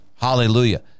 Hallelujah